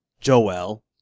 Joel